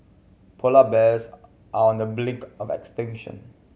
polar bears are on the brink of extinction